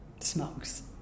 smokes